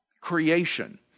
creation